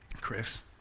Chris